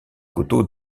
coteau